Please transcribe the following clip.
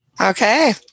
Okay